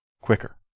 quicker